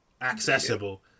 accessible